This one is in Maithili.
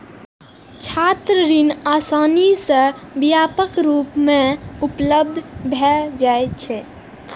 छात्र ऋण आसानी सं आ व्यापक रूप मे उपलब्ध भए जाइ छै